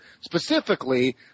specifically